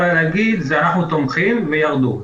לה להגיד זה "אנחנו תומכים" וירדו.